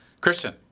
Kristen